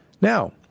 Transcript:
Now